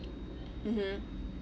mmhmm